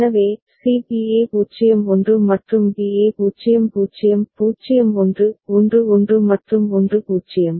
எனவே C B A 0 1 மற்றும் B A 0 0 0 1 1 1 மற்றும் 1 0